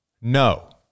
no